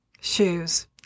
Shoes